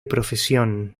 profesión